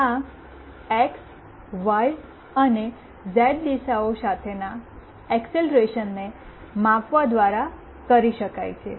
આ X Y અને Z દિશાઓ સાથેના એકસેલરેશનને મેઝર કરવા થી કરી શકાય છે